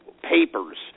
papers